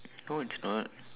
no it's not